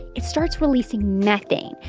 it starts releasing methane,